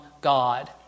God